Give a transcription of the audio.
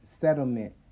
settlement